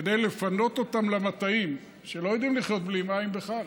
כדי לפנות אותם למטעים שלא יודעים לחיות בלי מים בכלל,